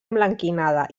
emblanquinada